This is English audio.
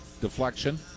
deflection